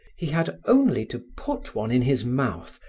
he had only to put one in his mouth,